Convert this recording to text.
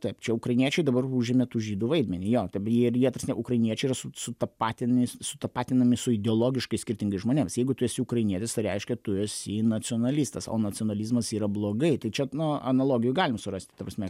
taip čia ukrainiečiai dabar užėmė tų žydų vaidmenį jo dabar ir jie ta prasme ukrainiečiai yra su sutapatinęs sutapatinami su ideologiškai skirtingai žmonėms jeigu tu esi ukrainietis tai reiškia tu esi nacionalistas o nacionalizmas yra blogai tai čia nu analogijų galim surasti ta prasme yra